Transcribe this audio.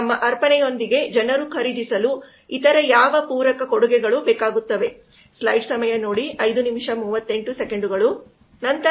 ನಮ್ಮ ಅರ್ಪಣೆಯೊಂದಿಗೆ ಜನರು ಖರೀದಿಸಲು ಇತರ ಯಾವ ಪೂರಕ ಕೊಡುಗೆಗಳು ಬೇಕಾಗುತ್ತವೆ